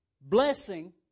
Blessing